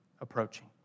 approaching